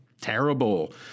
terrible